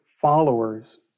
followers